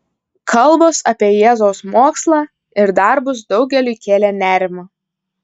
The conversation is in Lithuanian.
kalbos apie jėzaus mokslą ir darbus daugeliui kėlė nerimą